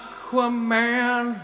Aquaman